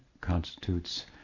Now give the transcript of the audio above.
constitutes